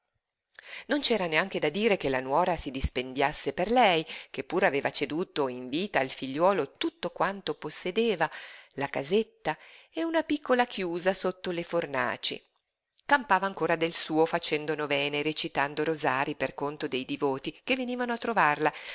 non c'era neanche da dire che la nuora si dispendiasse per lei che pure aveva ceduto in vita al figliuolo tutto quanto possedeva la casetta e una piccola chiusa sotto le fornaci campava ancora sul suo facendo novene e recitando rosarii per conto dei divoti che venivano a trovarla